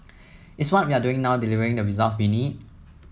is what we are doing now delivering the results we need